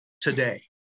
today